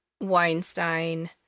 Weinstein